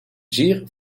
zeer